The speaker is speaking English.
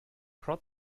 prod